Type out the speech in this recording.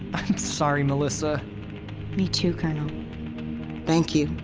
i'm sorry, melissa me too, colonel thank you.